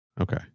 Okay